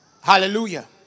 Hallelujah